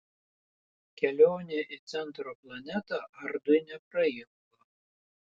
kelionė į centro planetą ardui neprailgo